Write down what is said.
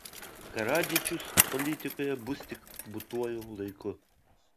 karadžičius politikoje bus tik būtuoju laiku